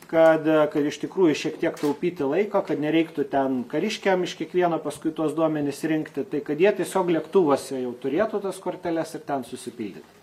kad kad iš tikrųjų šiek tiek taupyti laiko kad nereiktų ten kariškiam iš kiekvieno paskui tuos duomenis rinkti tai kad jie tiesiog lėktuvuose jau turėtų tas korteles ir ten susipyldyt